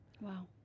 wow